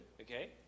Okay